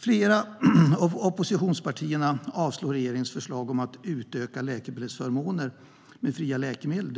Flera av oppositionspartierna avstyrker regeringens förslag om att utöka läkemedelsförmånen med fria läkemedel